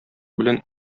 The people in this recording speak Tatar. белән